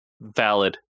Valid